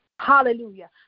Hallelujah